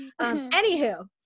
Anywho